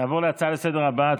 נעבור להצעה לסדר-היום הבאה.